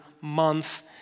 month